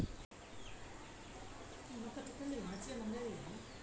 ಹಳ್ಳಿಗೊಳ್ದಾಗ್ ನದಿ ನೀರಿಗ್ ಸಣ್ಣು ನಾಲಿ ಮಾಡಿ ಟ್ಯಾಂಕ್ ಕಟ್ಟಿ ನೀರ್ ಬಳಸ್ತಿದ್ರು